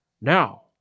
Now